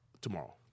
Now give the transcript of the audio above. tomorrow